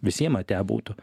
visiem ate būtų